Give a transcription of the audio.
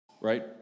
right